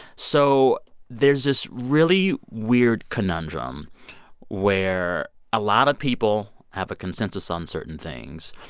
so there's this really weird conundrum where a lot of people have a consensus on certain things,